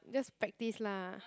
just practice lah